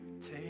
Take